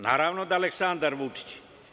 Naravno da je Aleksandar Vučić.